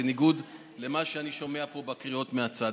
בניגוד למה שאני שומע פה בקריאות מהצד.